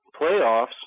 playoffs